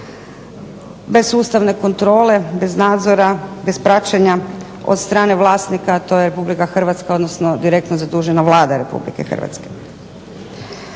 bez sustavne kontrole, bez nadzora, bez praćenja od strane vlasnika, a to je RH, odnosno direktno zadužena Vlada Republike Hrvatske.